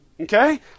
Okay